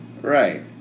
Right